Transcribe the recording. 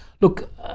Look